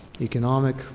economic